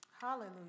Hallelujah